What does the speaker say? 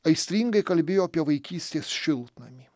aistringai kalbėjo apie vaikystės šiltnamį